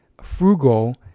frugal